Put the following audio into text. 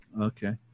Okay